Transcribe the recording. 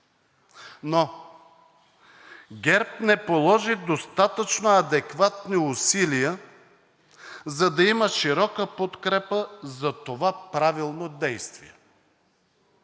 Но ГЕРБ не положи достатъчно адекватни усилия, за да има широка подкрепа за това правилно действие.